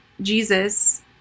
Jesus